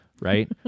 right